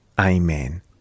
Amen